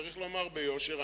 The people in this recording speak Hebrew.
צריך לומר ביושר,